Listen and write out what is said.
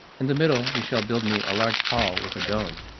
in the middle you shall build me a large hall with a dome,